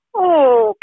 Okay